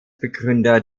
begründer